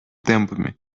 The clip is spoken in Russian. темпами